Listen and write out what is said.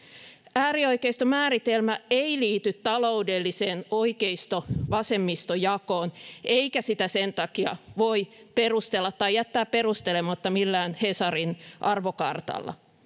äärioikeiston määritelmä ei liity taloudelliseen oikeisto vasemmisto jakoon eikä sitä sen takia voi perustella tai jättää perustelematta millään hesarin arvokartalla